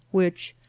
which,